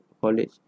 college